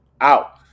out